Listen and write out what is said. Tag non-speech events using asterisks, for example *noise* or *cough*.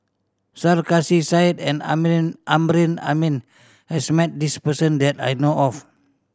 Sarkasi Said and *unintelligible* Amrin Amin has met this person that I know of